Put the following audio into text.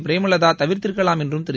பிரேமலதா தவிர்த்திருக்கலாம் என்றும் திரு